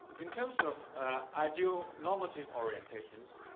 in terms of ideal normative orientations,